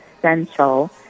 essential